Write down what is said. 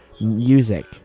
music